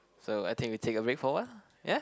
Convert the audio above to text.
so I think we take a break for awhile ya